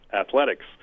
athletics